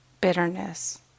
bitterness